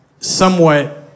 somewhat